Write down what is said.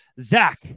Zach